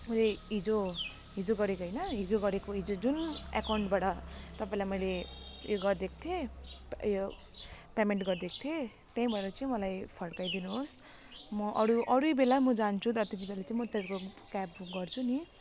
मैले हिजो हिजो गरेको होइन हिजो गरेको हिजो जुन एकाउन्टबाट तपाईँलाई मैले उयो गरिदिएको थिएँ उयो पेमेन्ट गरिदिएको थिएँ त्यहीँबाट चाहिँ मलाई फर्काइदिनु होस् म अरू अरू बेला म जान्छु र त्यतिखेर चाहिँ म तपाईँँको क्याब बुक गर्छु नि